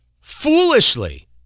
foolishly